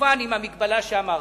כמובן עם המגבלה שאמרתי.